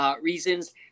reasons